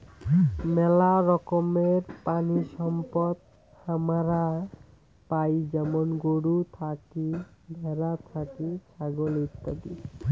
মেলা রকমের প্রাণিসম্পদ হামারা পাই যেমন গরু থাকি, ভ্যাড়া থাকি, ছাগল ইত্যাদি